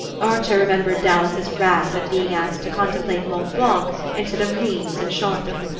archer remembered dallas's wrath at being asked to contemplate mont blanc instead of rheims and chartres.